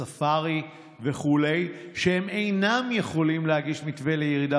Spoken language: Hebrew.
הספארי וכו' שאינם יכולים להגיש מתווה לירידה